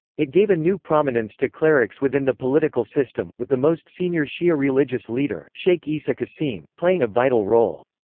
it gave a new prominence to clerics within the political system, with the most senior shia religious leader, sheikh isa qassim, playing a vital role.